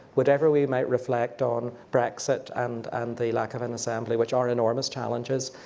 whatever we might reflect on brexit and and the lack of an assembly, which are enormous challenges,